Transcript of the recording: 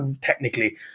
technically